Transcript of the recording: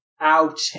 out